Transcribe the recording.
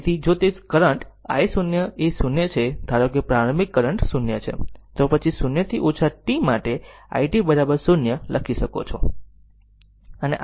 તેથી જો તે કરંટ i0 એ 0 છે ધારો કે જો પ્રારંભિક કરંટ 0 છે તો પછી 0 થી ઓછા t માટે i t 0 લખી શકો છો